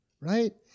right